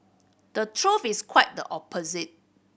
the truth is quite the opposite